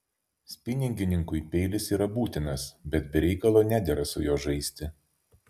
spiningininkui peilis yra būtinas bet be reikalo nedera su juo žaisti